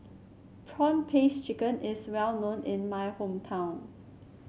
prawn paste chicken is well known in my hometown